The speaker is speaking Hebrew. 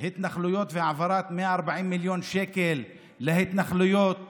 התנחלויות והעברת 140 מיליון שקל להתנחלויות